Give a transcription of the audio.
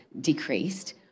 decreased